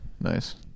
Nice